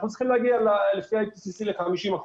אנחנו צריכים להגיע ל-50 אחוזים.